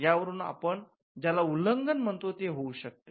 यावरुन आपण ज्याला उल्लंघन म्हणतो ते होऊ शकते